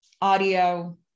audio